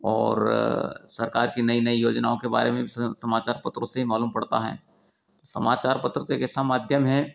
और सरकार की नई नई योजनाओं के बारे में भी समाचार पत्रों से ही मालूम पड़ता है समाचार पत्र तो एक ऐसा माध्यम है